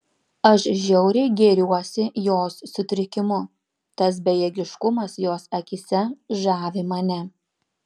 aš žiauriai gėriuosi jos sutrikimu tas bejėgiškumas jos akyse žavi mane